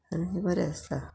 आनी बरें आसता